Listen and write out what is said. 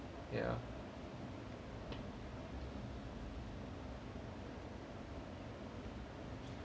ya